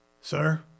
Sir